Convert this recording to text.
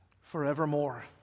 forevermore